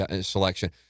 selection